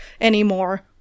anymore